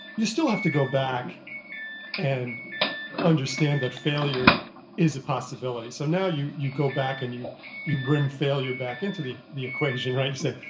you still have to go back and understand that failure is a possibility so now, you you go back and you you bring failure back into the the equation. you say,